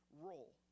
role